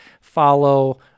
Follow